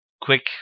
quick